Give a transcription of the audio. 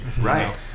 right